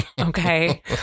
Okay